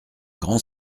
grand